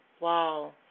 wow